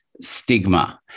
stigma